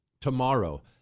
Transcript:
tomorrow